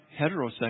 heterosexual